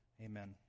Amen